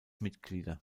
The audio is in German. mitglieder